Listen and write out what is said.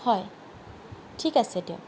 হয় ঠিক আছে দিয়ক